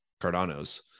cardano's